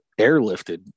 airlifted